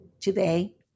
today